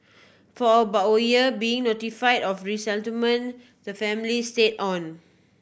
for about a year being notify of resettlement the family stayed on